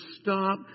stop